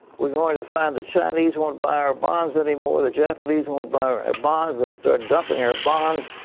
we're going to find the chinese won't buy our bonds anymore. the japanese and won't buy our our bonds. they'll start dumping our bonds,